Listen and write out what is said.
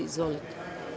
Izvolite.